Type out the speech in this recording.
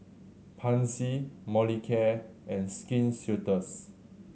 Pansy Molicare and Skin Ceuticals